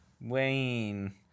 wayne